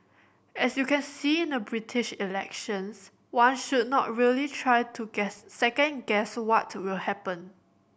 as you can see in the British elections one should not really try to guess second guess what will happen